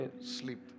Sleep